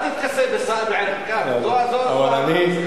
אל תתכסה בסאיב עריקאת, זאת המסכה.